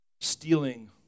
stealing